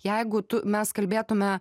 jeigu tu mes kalbėtume